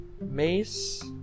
mace